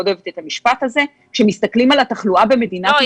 אוהבת את המשפט הזה כשמסתכלים על התחלואה במדינת ישראל --- לא.